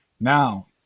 Now